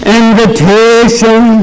invitation